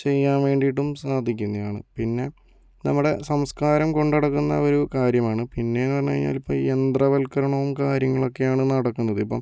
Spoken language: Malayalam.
ചെയ്യാൻ വേണ്ടീട്ടും സാധിക്കുന്നെയാണ് പിന്നെ നമ്മടെ സംസ്കാരം കൊണ്ട് നടക്കുന്ന ഒരു കാര്യമാണ് പിന്നേന്ന് പറഞ്ഞ് കഴിഞ്ഞാൽ ഇപ്പം യന്ത്രവത്കരണവും കാര്യങ്ങളൊക്കെയാണ് നടക്കുന്നത് ഇപ്പോൾ